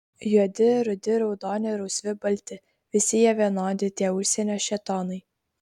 juodi rudi raudoni rausvi balti visi jie vienodi tie užsienio šėtonai